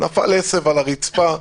נפל עשב על הרצפה,